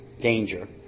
danger